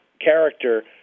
character